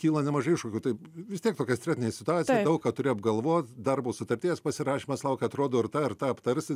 kyla nemažai iššūkių taip vis tiek tokia stresinė situacija daug ką turi apgalvot darbo sutarties pasirašymas laukia atrodo ir tą ir tą aptarsi